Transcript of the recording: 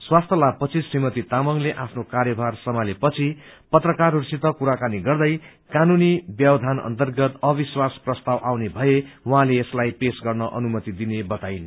स्वास्थ्य लाभ पछि श्रीमती तामाङले आफ्नो कार्यभार सम्हाले पछि पत्रकारहरूसित कुराकानी गर्दै कानूनी व्यवधान अन्तर्गत अविश्वास प्रस्ताव आउने भए उहाँले यसलाई पेश गर्न अनुमति दिने बताइन्